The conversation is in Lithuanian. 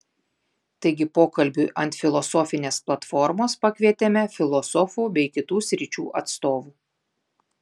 taigi pokalbiui ant filosofinės platformos pakvietėme filosofų bei kitų sričių atstovų